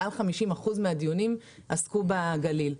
מעל 50% מהדיונים עסקו בגליל.